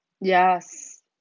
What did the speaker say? Yes